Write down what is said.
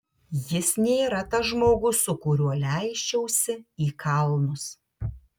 jis nėra tas žmogus su kuriuo leisčiausi į kalnus